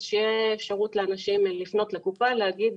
שתהיה אפשרות לאנשים לפנות לקופה ולהגיד: